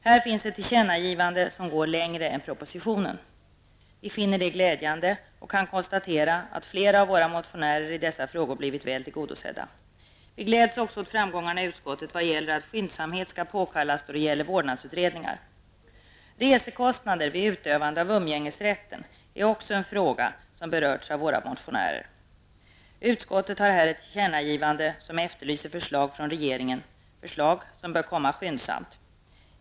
Här finns ett tillkännagivande som går längre än propositionen. Vi finner det glädjande och kan konstatera att flera av våra motionärer i dessa frågor har blivit väl tillgodosedda. Vi gläds också åt framgångarna i utskottet vad gäller att skyndsamhet skall påkallas då det gäller vårdnadsutredningar. Våra motionärer har också tagit upp frågan om resekostnader vid utövande av umgängesrätten. Utskottet har här ett tillkännnagivande som efterlyser förslag från regeringen, förslag som bör komma skyndsamt.